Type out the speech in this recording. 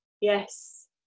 yes